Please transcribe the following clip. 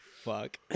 Fuck